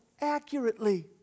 accurately